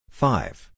five